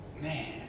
Man